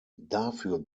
dafür